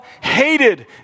hated